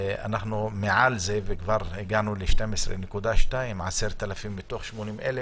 אנחנו מעל זה וכבר הגענו ל-12.2% 10,000 מתוך 80,000